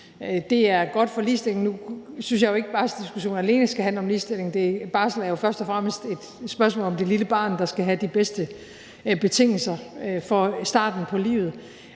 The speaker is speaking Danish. Det er godt for ligestillingen. Nu synes jeg jo ikke, at barselsdiskussionen alene skal handle om ligestilling; barsel er jo først og fremmest et spørgsmål om det lille barn, der skal have de bedste betingelser for starten på livet.